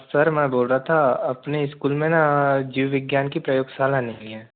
sir मैं बोल रहा था अपने इस्कूल में ना जीव विज्ञान की प्रयोगशाला नहीं है